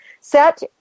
Set